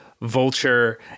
vulture